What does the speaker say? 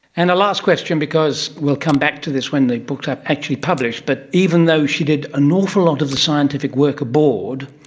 and the last question because we'll come back to this when the book is actually published, but even though she did an awful lot of the scientific work aboard,